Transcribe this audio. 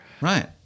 Right